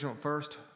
first